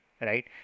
right